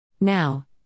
Now